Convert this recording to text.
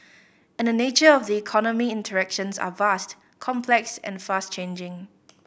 and the nature of the economy interactions are vast complex and fast changing